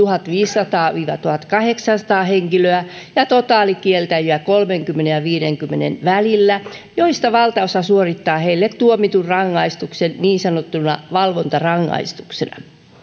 tuhatviisisataa viiva tuhatkahdeksansataa henkilöä ja totaalikieltäytyjiä kolmenkymmenen ja viidenkymmenen välillä joista valtaosa suorittaa heille tuomitun rangaistuksen niin sanottuna valvontarangaistuksena